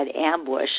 ambush